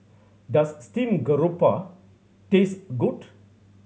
does steamed grouper taste good